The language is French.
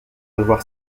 devoir